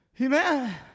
Amen